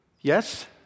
Yes